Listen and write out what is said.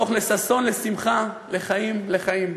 הפוך לששון ולשמחה, לחיים" לחיים,